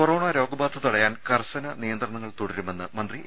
corona രോഗബാധ തടയാൻ കർശന നിയന്ത്രണങ്ങൾ തുട രുമെന്ന് മന്ത്രി എ